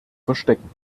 verstecken